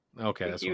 Okay